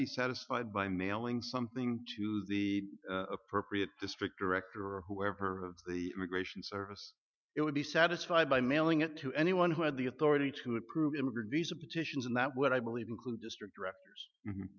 be satisfied by mailing something to the appropriate district director or whoever of the immigration service it would be satisfied by mailing it to anyone who had the authority to approve immigrant visa petitions and that what i believe include district directors